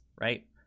right